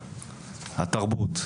התרבות,